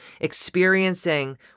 experiencing